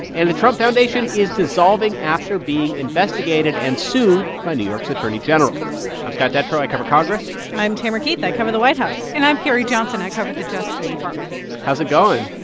and the trump foundation is dissolving after being investigated and sued by new york's attorney general i'm scott detrow. i cover congress i'm tamara keith. i cover the white house and i'm carrie johnson. i cover the justice department how's it going?